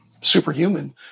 superhuman